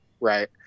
Right